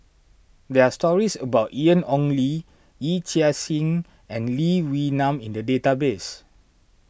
there are stories about Ian Ong Li Yee Chia Hsing and Lee Wee Nam in the database